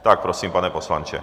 Tak prosím, pane poslanče.